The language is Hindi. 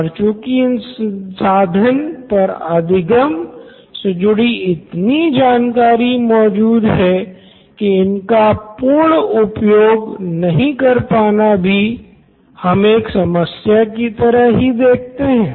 पर चूंकि इन संसाधन पर अधिगम से जुड़ी इतनी जानकारी मौजूद है की इनका पूर्ण उपयोग नहीं कर पाना भी हम एक समस्या की तरह ही देखते हैं